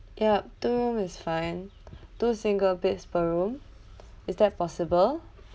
ya two room is fine two single beds per room is that possible